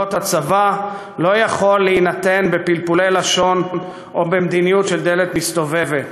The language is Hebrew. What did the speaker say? הצבא לא יכולים להינתן בפלפולי לשון או במדיניות של דלת מסתובבת.